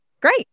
great